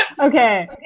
Okay